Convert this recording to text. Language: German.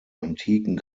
antiken